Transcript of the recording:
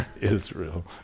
Israel